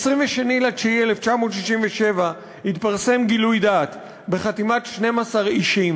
22 בספטמבר 1967 התפרסם גילוי דעת בחתימת 12 אישים,